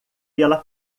pela